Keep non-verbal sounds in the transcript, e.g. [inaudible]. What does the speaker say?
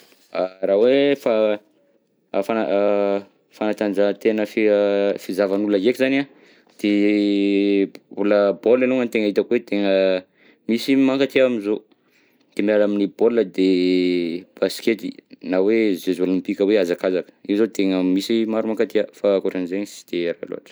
[hesitation] Raha hoe fa- [hesitation] fa- [hesitation] fanatanjahantena fia- fizahavan'olona ndreky zegny an, de [hesitation] mbola a baolina aloha no tegna hoe tegna misy mankatia amizao, de miala amin'ny baolina de basikety na hoe jeux olympiques hoe hazakazaka, io zao tegna misy maro mankatia, fa ankoatranizegny tsy de haiko loatra.